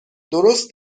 درست